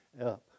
up